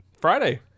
Friday